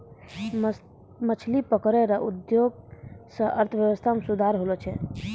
मछली पकड़ै रो उद्योग से अर्थव्यबस्था मे सुधार होलो छै